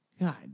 God